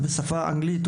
בשפות אנגלית,